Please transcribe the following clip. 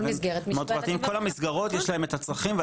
כל המסגרות יש להם את הצרכים,